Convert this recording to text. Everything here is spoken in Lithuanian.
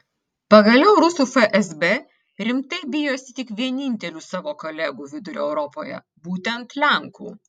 pagaliau rusų fsb rimtai bijosi tik vienintelių savo kolegų vidurio europoje būtent lenkų